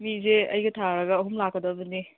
ꯃꯤꯁꯦ ꯑꯩꯒ ꯊꯥꯔꯒ ꯑꯍꯨꯝ ꯂꯥꯛꯀꯗꯕꯅꯦ